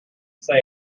say